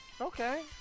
Okay